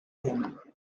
him